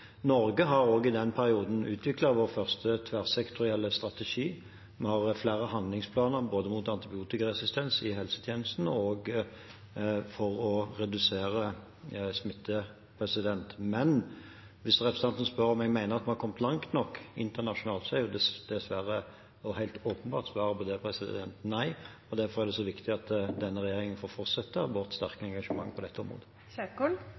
Norge har også i den perioden utviklet vår første tverrsektorielle strategi. Vi har flere handlingsplaner, både mot antibiotikaresistens i helsetjenesten og for å redusere smitte. Men hvis representanten spør om jeg mener at vi har kommet langt nok internasjonalt, er dessverre og helt åpenbart svaret på det nei. Derfor er det så viktig at denne regjeringen får fortsette vårt sterke engasjement på dette